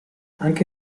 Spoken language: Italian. anche